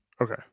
Okay